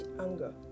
anger